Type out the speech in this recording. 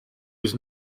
his